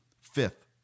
fifth